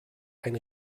ein